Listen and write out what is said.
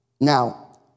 now